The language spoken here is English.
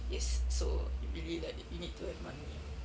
yes so it's really like you need to have money ah